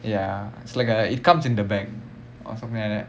ya it's like uh it comes in the bag or something like that